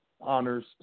honors